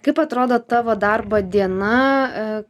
kaip atrodo tavo darbo diena